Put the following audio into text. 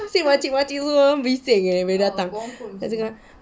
mesti makcik-makcik semua bising bila datang dorang cakap